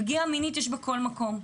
פגיעה מינית יש בכל מקום,